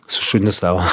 su šuniu savo